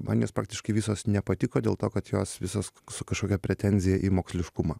man jos praktiškai visos nepatiko dėl to kad jos visos su kažkokia pretenzija į moksliškumą